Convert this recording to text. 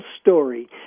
story